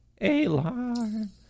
alarm